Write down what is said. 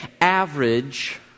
Average